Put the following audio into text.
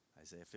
Isaiah